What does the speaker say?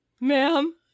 Ma'am